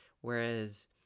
Whereas